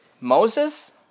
Moses